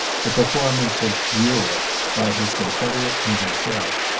the performance of europe by his confederate and himself.